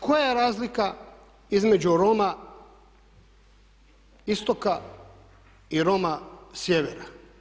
Koja je razlika između Roma istoka i Roma sjevera?